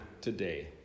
today